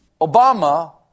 Obama